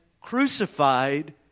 crucified